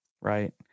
right